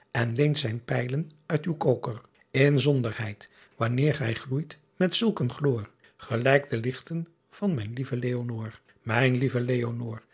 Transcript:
en leent zijn pylen uit uw kooker driaan oosjes zn et leven van illegonda uisman nzonderheit wanneer ghy gloeit met zulk een gloor elijk de lichten van mijn lieve eonoor ijn lieve